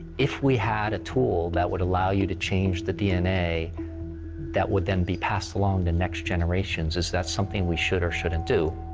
if we had a tool that would allow you to change the dna that would then be passed along to next generations, is that something we should or shouldn't do?